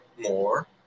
more